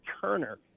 Turner